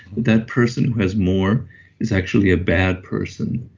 that person who has more is actually a bad person.